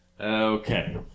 Okay